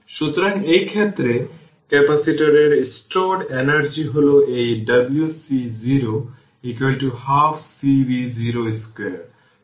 সুতরাং এই ক্ষেত্রে ক্যাপাসিটরের স্টোরড এনার্জি হল এই w c 0 half C V0 2